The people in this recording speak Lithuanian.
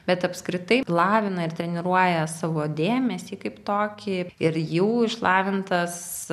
bet apskritai lavina ir treniruoja savo dėmesį kaip tokį ir jau išlavintas